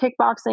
kickboxing